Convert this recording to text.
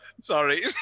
sorry